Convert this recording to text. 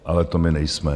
Ale to my nejsme.